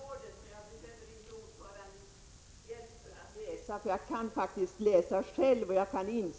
Fru talman! Tack för rådet, men jag behöver inte utskottsordförandens hjälp för att läsa. Jag kan faktiskt läsa själv, och